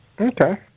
Okay